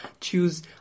Choose